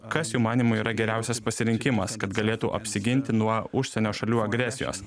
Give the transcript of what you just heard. kas jų manymu yra geriausias pasirinkimas kad galėtų apsiginti nuo užsienio šalių agresijos